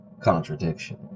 contradiction